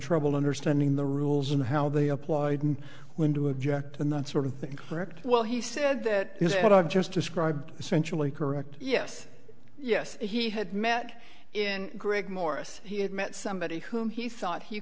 trouble understanding the rules and how they applied when to object and that sort of thing cleared well he said that is what i've just described essentially correct yes yes he had met in greg morris he had met somebody whom he thought he